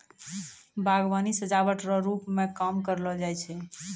बागवानी सजाबट रो रुप मे काम करलो जाय छै